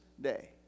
day